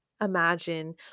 Imagine